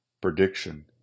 prediction